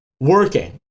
working